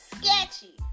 sketchy